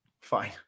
Fine